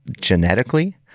genetically